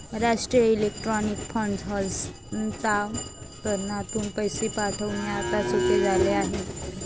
राष्ट्रीय electronic fund हस्तांतरणातून पैसे पाठविणे आता सोपे झाले आहे